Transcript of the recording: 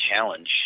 challenge